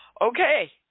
Okay